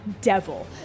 devil